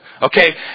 Okay